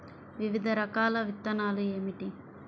వివిధ రకాల విత్తనాలు ఏమిటి?